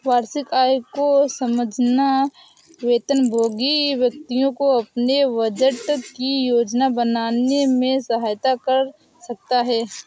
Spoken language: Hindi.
वार्षिक आय को समझना वेतनभोगी व्यक्तियों को अपने बजट की योजना बनाने में सहायता कर सकता है